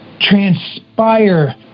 transpire